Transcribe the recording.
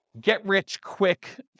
get-rich-quick